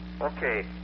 Okay